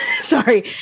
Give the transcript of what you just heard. Sorry